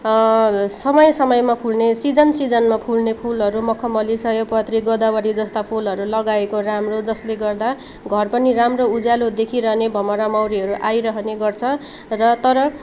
समय समयमा फुल्ने सिजन सिजनमा फुल्ने फुलहरू मखमली सयपत्री गोदावरी जस्ता फुलहरू लगाएको राम्रो जसले गर्दा घर पनि राम्रो उज्यालो देखिरहने भमरा मौरीहरू आइरहने गर्छ र तर